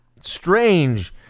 strange